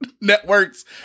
networks